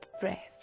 breath